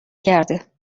کرده